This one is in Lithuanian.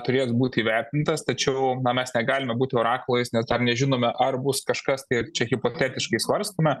turės būt įvertintas tačiau na mes negalime būti orakulais nes dar nežinome ar bus kažkas tai ir čia hipotetiškai svarstome